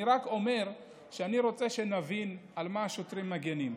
אני רק אומר שאני רוצה שנבין על מה השוטרים מגינים.